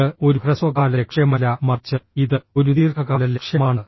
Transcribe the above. ഇത് ഒരു ഹ്രസ്വകാല ലക്ഷ്യമല്ല മറിച്ച് ഇത് ഒരു ദീർഘകാല ലക്ഷ്യമാണ്